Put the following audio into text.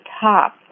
top